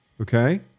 okay